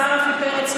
השר רפי פרץ,